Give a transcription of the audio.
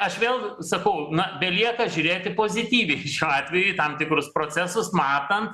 aš vėl sakau na belieka žiūrėti pozityviai šiuo atveju į tam tikrus procesus matant